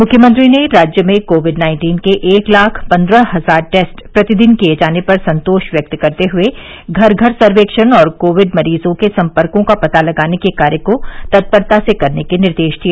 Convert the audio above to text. मुख्यमंत्री ने राज्य में कोविड नाइन्टीन के एक लाख पंद्रह हजार टेस्ट प्रतिदिन किए जाने पर संतोष व्यक्त करते हुए घर घर सर्वेक्षण और कोविड मरीजों के संपर्को का पता लगाने के कार्य को तत्परता से करने के निर्देश दिए